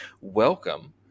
welcome